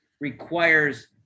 requires